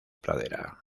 pradera